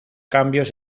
cambios